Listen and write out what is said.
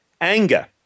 Anger